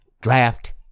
draft